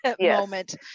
moment